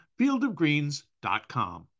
fieldofgreens.com